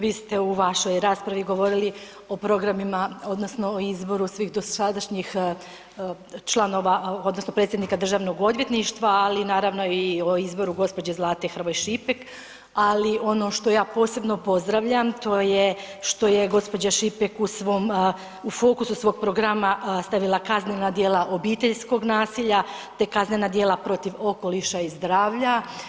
Vi ste u vašoj raspravi govorili o programima odnosno o izboru svih dosadašnjih članova, odnosno predsjednika DORH-a, ali naravno i o izboru gospođe Zlate Hrvoj Šipek, ali ono što ja posebno pozdravljam to je što je gospođa Šipek u fokusu svog programa stavila kaznena djela obiteljskog nasilja te kaznena djela protiv okoliša i zdravlja.